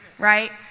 right